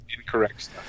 incorrect